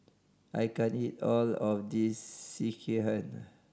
I can't eat all of this Sekihan